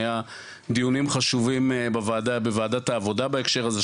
היו דיונים חשובים בוועדת העבודה בהקשר הזה,